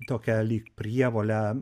tokią lyg prievolę